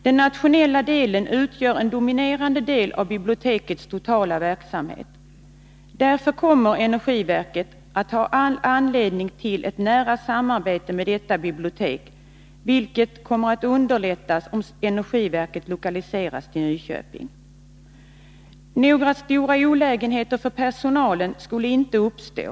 Den nationella delen utgör en dominerande del av bibliotekets totala verksamhet. Därför kommer statens energiverk att ha all anledning till ett nära samarbete med detta bibliotek, vilket underlättas om energiverket lokaliseras till Nyköping. Några stora olägenheter för personalen skulle inte uppstå.